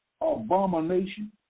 abomination